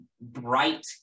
bright